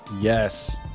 Yes